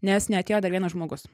nes neatėjo dar vienas žmogus